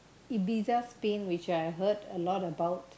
Ibiza Spain which I heard a lot about